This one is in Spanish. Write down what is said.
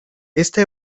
esta